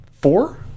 four